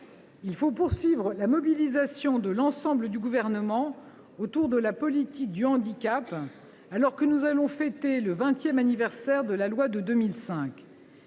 Il faut poursuivre la mobilisation de l’ensemble du Gouvernement autour de la politique du handicap, alors que nous allons fêter le vingtième anniversaire de la loi de 2005.